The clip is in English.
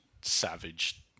savage